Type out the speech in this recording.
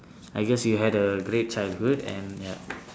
I guess you had a great childhood and ya